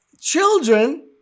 children